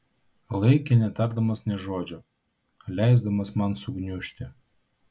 laikė netardamas nė žodžio leisdamas man sugniužti